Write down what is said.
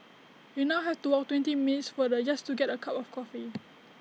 we now have to walk twenty minutes farther just to get A cup of coffee